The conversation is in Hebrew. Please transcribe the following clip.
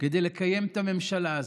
כדי לקיים את הממשלה הזאת.